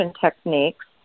techniques